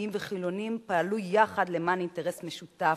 דתיים וחילונים פעלו יחד למען אינטרס משותף,